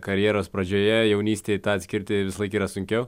karjeros pradžioje jaunystėj tą atskirti visąlaik yra sunkiau